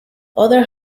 other